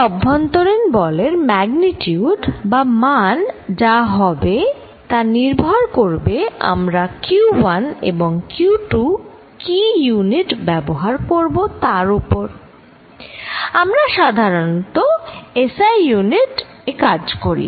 এদের অভ্যন্তরীণ বলের ম্যাগনিচিউড বা মান যা হবে তা নির্ভর করবে আমরা q1 এবং q2 কি ইউনিট ব্যবহার করব তার ওপর আমরা সাধারণত SI ইউনিট এ কাজ করি